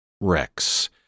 Rex